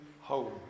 home